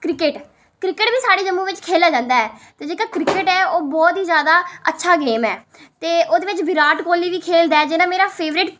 cricket cricket बी साढ़े जम्मू बिच खेल्लेआ जंदा ऐ ते जेह्का क्रिकेट ऐ ओह् बहोत ई जादा अच्छा गेम ऐ ते ओह्दे बिच विराट कोहली बी खेल्लदा ऐ जेह्ड़ा मेरा फेवरेट